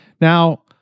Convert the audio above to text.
Now